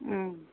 उम